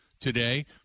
today